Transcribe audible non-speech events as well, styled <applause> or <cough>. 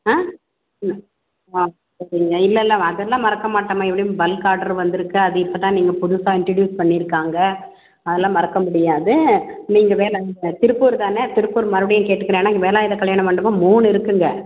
ஆ ம் ஆ சரிங்க இல்லை இல்லை அதெல்லாம் மறக்கமாட்டேம்மா எப்படி பல்க் ஆர்ட்ரு வந்திருக்கு அது இப்போ தான் நீங்கள் புதுசாக இண்டிட்யூஸ் பண்ணியிருக்காங்க அதெல்லாம் மறக்கமுடியாது நீங்கள் வேலை <unintelligible> திருப்பூர் தானே திருப்பூர் மறுபடியும் கேட்டுக்கிறேன் ஏனால் இங்கே வேலாயுத கல்யாண மண்டபம் மூணு இருக்குதுங்க